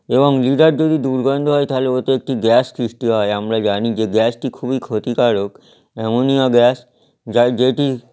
এবং লিডার যদি দুর্গন্ধ হয় তাহালে ওতে একটি গ্যাস সৃষ্টি হয় আমরা জানি যে গ্যাসটি খুবই ক্ষতিকারক অ্যামোনিয়া গ্যাস যা যেটি